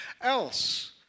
else